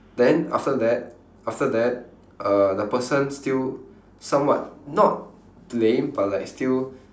then after that after that uh the person still somewhat not blame but like still